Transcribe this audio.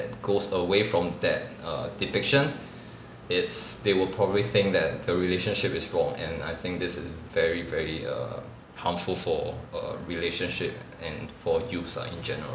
goes away from that err depiction it's they will probably think that the relationship is wrong and I think this is very very err harmful for a relationship and for youths ah in general